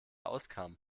auskamen